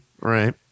Right